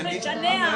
השינוע?